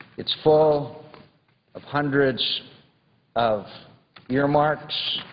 it's full of hundreds of earmarks,